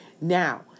Now